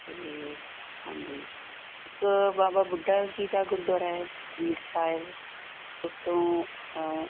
ਅਤੇ ਹਾਂਜੀ ਇੱਕ ਬਾਬਾ ਬੁੱਢਾ ਜੀ ਦਾ ਗੁਰਦੁਆਰਾ ਹੈ ਬੀੜ ਸਾਹਿਬ ਉਸ ਤੋਂ